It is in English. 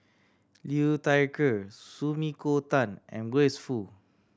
Liu Thai Ker Sumiko Tan and Grace Fu